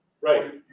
Right